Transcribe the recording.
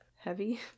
heavy